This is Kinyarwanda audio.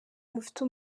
mufite